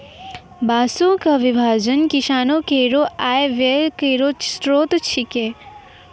बांसों क विभाजन किसानो केरो आय व्यय केरो स्रोत छिकै